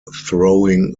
throwing